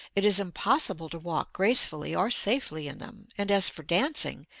it is impossible to walk gracefully or safely in them, and as for dancing,